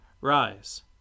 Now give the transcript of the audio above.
Rise